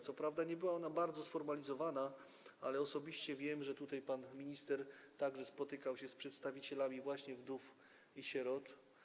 Co prawda nie była ona bardzo sformalizowana, ale osobiście wiem, że pan minister spotykał się z przedstawicielami właśnie wdów i sierot.